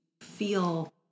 feel